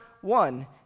one